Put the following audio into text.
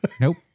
Nope